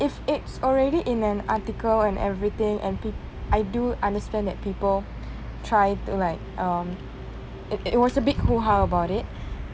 if it's already in an article and everything and peo~ I do understand that people try to like um it it was a big hoo-ha about it